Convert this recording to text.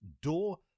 door